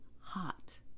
hot